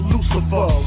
Lucifer